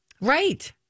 Right